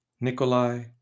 Nikolai